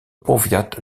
powiat